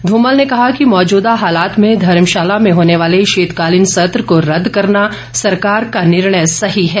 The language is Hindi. ध्मल ने कहा कि मौजूदा हालात में धर्मशाला में होने वाले शीतकालीन सत्र को रद्द करना सरकार का निर्णय सही है